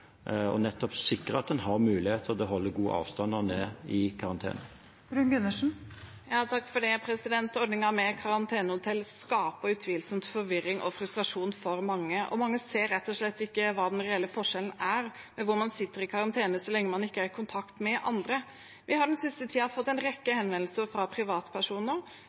nettopp å sikre at en har mulighet til å holde god avstand når man er i karantene. Ordningen med karantenehotell skaper utvilsomt forvirring og frustrasjon hos mange, og mange ser rett og slett ikke hva den reelle forskjellen er når man sitter i karantene, så lenge man ikke er i kontakt med andre. Jeg har den siste tiden fått en rekke henvendelser fra privatpersoner